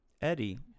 Eddie